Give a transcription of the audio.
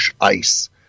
ice